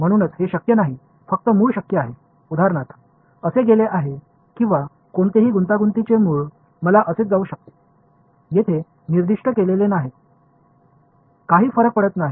म्हणूनच हे शक्य नाही फक्त मूळ शक्य आहे उदाहरणार्थ असे गेले आहे किंवा कोणतेही गुंतागुंतीचे मूळ मला असेच जाऊ शकते येथे निर्दिष्ट केलेले नाही काही फरक पडत नाही